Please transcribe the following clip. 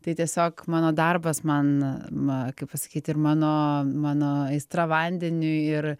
tai tiesiog mano darbas man ma kaip pasakyti ir mano mano aistra vandeniui ir